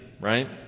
right